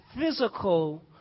physical